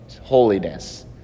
holiness